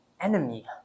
enemy